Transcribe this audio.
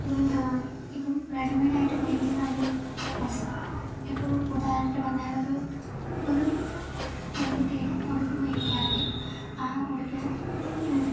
ഇപ്പം റെഡിമെയ്ഡായിട്ട് മേടിക്കുന്ന ഒരു വസ്ത്രം ഇപ്പം ഉദാഹരണത്തിന് പറഞ്ഞാലൊരു ഒരു പെൺകുട്ടിയുടെ ഉടുപ്പ് മേടിക്കുകയാണെങ്കിൽ ആ ഉടുപ്പിന്